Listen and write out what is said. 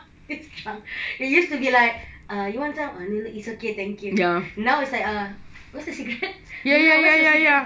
pissed drunk it used to be like err you want some ah no no it's okay thank you now it's like ah where's the cigarette yana where's your cigarette